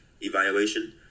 evaluation